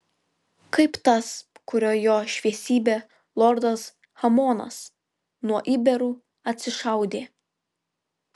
kaip tas kuriuo jo šviesybė lordas hamonas nuo iberų atsišaudė